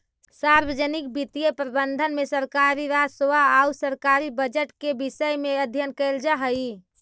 सार्वजनिक वित्तीय प्रबंधन में सरकारी राजस्व आउ सरकारी बजट के विषय में अध्ययन कैल जा हइ